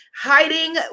hiding